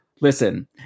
Listen